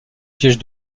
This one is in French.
piège